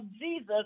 Jesus